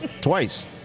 twice